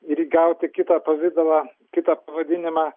ir įgauti kitą pavidalą kitą pavadinimą